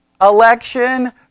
election